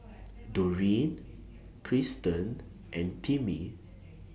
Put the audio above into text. Doreen Krysten and Timmie